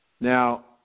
Now